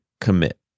commit